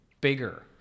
bigger